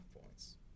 points –